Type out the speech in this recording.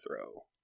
throw